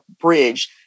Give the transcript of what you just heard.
bridge